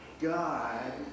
God